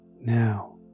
now